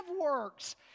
works